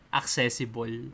accessible